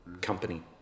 company